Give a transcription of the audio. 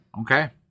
okay